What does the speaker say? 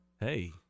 Hey